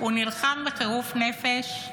הוא נלחם בחירוף נפש,